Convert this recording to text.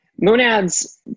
monads